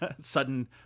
sudden